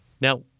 Now